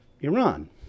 Iran